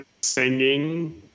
singing